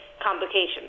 complications